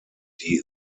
die